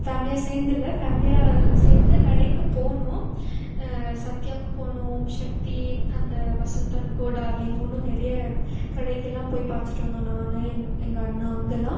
ஃபேமிலியாக சேர்ந்து இல்லை ஃபேமிலியாக சேர்ந்து கடைக்கு போனோம் சத்தியாவுக்கு போனோம் ஓம்சக்தி அந்த வசந்த் அண்ட் கோ டார்லிங் இன்னும் நிறைய கடைக்கெல்லாம் போய் பார்த்துட்டு வந்தோம் நான் எங் எங்கள் அண்ணா அவங்கெல்லாம்